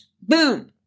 Boom